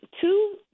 two